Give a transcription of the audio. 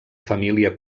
família